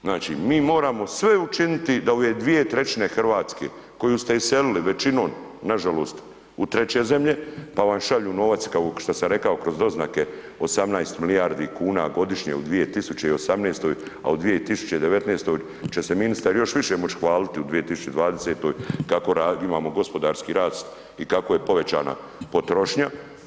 Znači mi moramo sve učiniti da ove 2,3 Hrvatske koju ste iselili većinom, nažalost u treće zemlje pa vam šalju novac kao što sam rekao kroz doznake 18 milijardi kuna godišnje u 2018. a u 2019. će se ministar još više moći hvaliti u 2020. kako imamo gospodarski rast i kako je povećana potrošnja.